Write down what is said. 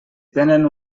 tenen